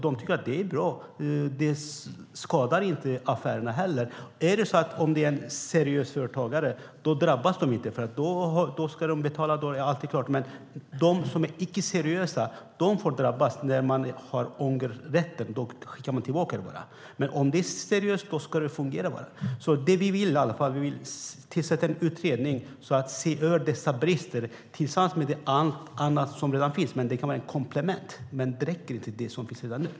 De tycker att det är bra, och det skadar inte affärerna. Seriösa företagare drabbas inte. Men de icke seriösa drabbas när man har ångervecka och kan skicka tillbaka varorna. För dem som är seriösa ska det fungera. Vi vill att man ska tillsätta en utredning för att se över dessa brister, och det kan vara ett komplement till det som finns redan nu.